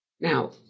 Now